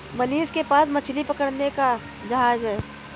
मनीष के पास मछली पकड़ने का जहाज है